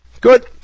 Good